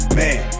man